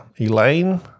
Elaine